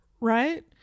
right